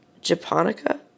japonica